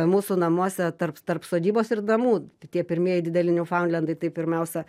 mūsų namuose tarp tarp sodybos ir namų tie pirmieji dideli niufaundlendai tai pirmiausia